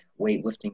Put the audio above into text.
weightlifting